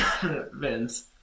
Vince